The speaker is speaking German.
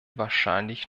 wahrscheinlich